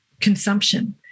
consumption